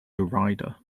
rider